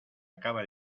acaba